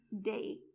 day